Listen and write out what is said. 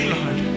Lord